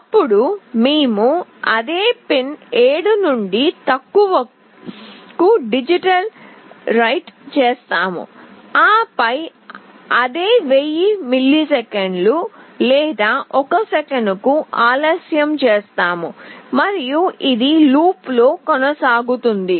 అప్పుడు మేము అదే పిన్ 7 నుండి తక్కువకు డిజిటల్ రైట్ చేస్తాము ఆపై అదే 1000 మిల్లీసెకన్లు లేదా 1 సెకనుకు ఆలస్యం చేస్తాము మరియు ఇది లూప్లో కొనసాగుతుంది